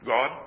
God